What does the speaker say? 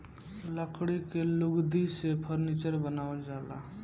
लकड़ी के लुगदी से फर्नीचर बनावल जाला